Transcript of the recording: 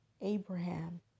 Abraham